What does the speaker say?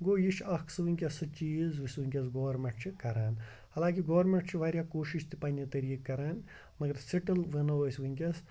گوٚو یہِ چھُ اَکھ سُہ وٕنکٮ۪س سُہ چیٖز یُس ونکٮ۪س گورمٮ۪نٹ چھِ کَران حالانکہِ گورمٮ۪نٹ چھُ واریاہ کوٗشِش تہِ پنٛنہِ طٔریٖق کَران مگر سٹٕل وَنو أسۍ وٕنکٮ۪س